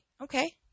Okay